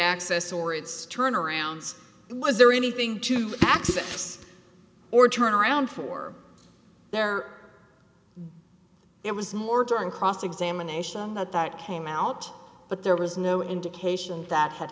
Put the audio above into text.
access or it's turnarounds was there anything to access or turn around for there it was more during cross examination that that came out but there was no indication that had